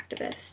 activist